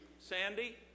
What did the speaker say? Sandy